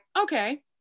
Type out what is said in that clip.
okay